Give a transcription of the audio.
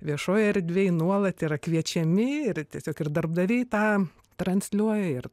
viešojoj erdvėj nuolat yra kviečiami ir tiesiog ir darbdaviai tą transliuoja ir